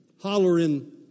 Hollering